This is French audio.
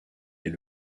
est